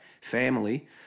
family